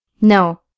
No